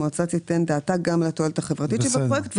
המועצה תיתן דעתה גם לתועלת החברתית שבפרויקט,